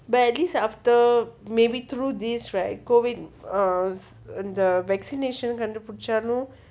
but at least after maybe through these right going rs and the vaccination can do per channel